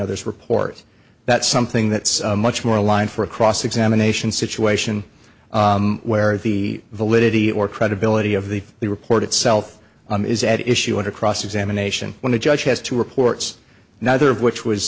other's report that something that's much more a line for a cross examination situation where the validity or credibility of the the report itself is at issue under cross examination when the judge has two reports neither of which